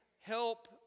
help